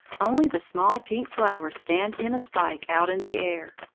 only the small pink flowers stand in a spike out in the air.